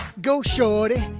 go shorty,